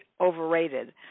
overrated